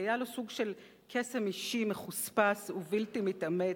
כי היה לו סוג של קסם אישי מחוספס ובלתי מתאמץ,